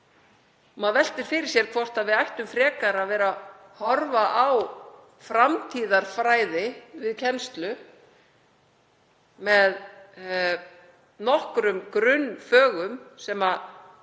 Maður veltir fyrir sér hvort við ættum frekar að vera horfa á framtíðarfræði við kennslu með nokkrum grunnfögum sem